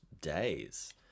days